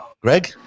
Greg